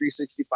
365